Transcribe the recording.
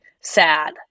sad